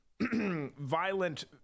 violent